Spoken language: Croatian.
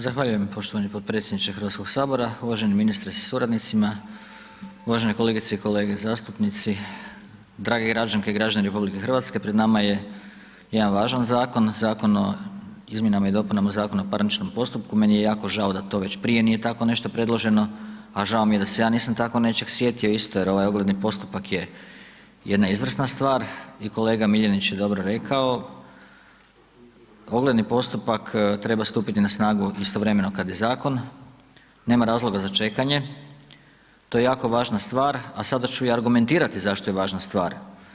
Zahvaljujem poštovani potpredsjedniče Hrvatskog sabora, uvaženi ministre sa suradnicima, uvažene kolegice i kolege zastupnici, drage građanke i građani RH, pred nama je jedan važan zakon, Zakon o izmjenama i dopunama Zakona o parničnom postupku, meni je jako žao da to već prije nije tako nešto predloženo, a žao mi je da se ja nisam tako nečeg sjetio isto jer ovaj ogledni postupak je jedna izvrsna stvar i kolega Miljenić je dobro rekao, ogledni postupak treba stupiti na snagu istovremeno kad i zakon, nema razloga za čekanje to je jako važna stvar, a sada ću i argumentirati zašto je važna stvar.